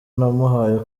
namuhaye